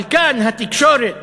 אבל כאן התקשורת